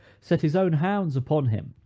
set his own hounds upon him,